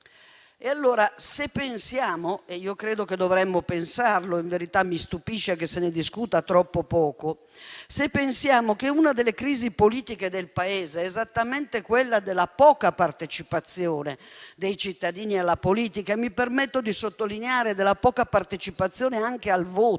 Se dunque pensiamo - credo che dovremmo pensarlo e in verità mi stupisce che se ne discuta troppo poco - che una delle crisi politiche del Paese è esattamente quella della poca partecipazione dei cittadini alla politica - e mi permetto di sottolineare anche della poca partecipazione al voto